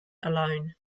alone